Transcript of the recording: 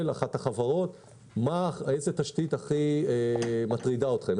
בשאלה איזו תשתית הכי מטרידה אתכם,